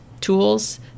tools